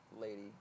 lady